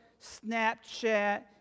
Snapchat